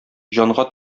җанга